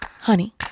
Honey